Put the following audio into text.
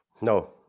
No